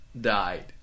Died